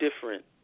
different